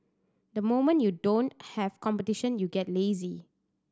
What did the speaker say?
the moment you don't have competition you get lazy